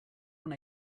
when